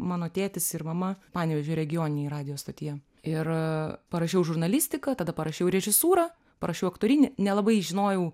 mano tėtis ir mama panevėžio regioninėj radijo stotyje ir parašiau žurnalistiką tada parašiau režisūrą parašiau aktorinį nelabai žinojau